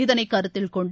இதனை கருத்தில்கொண்டு